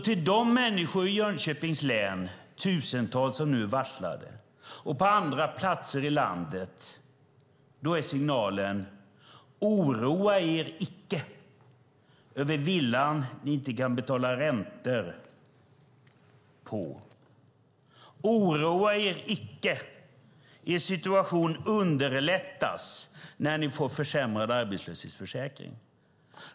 Till de människor i Jönköpings län och på andra platser i landet, till de tusentals som nu är varslade, är signalen: Oroa er icke över villan ni inte kan betala räntorna på. Oroa er icke. Er situation underlättas när ni får försämrad arbetslöshetsförsäkring.